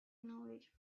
knowledge